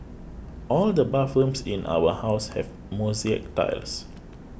all the bathrooms in our house have mosaic tiles